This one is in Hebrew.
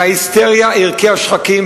וההיסטריה הרקיעה שחקים,